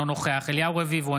אינו נוכח אליהו רביבו,